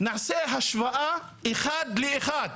נעשה השוואה אחד לאחד